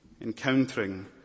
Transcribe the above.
encountering